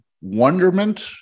wonderment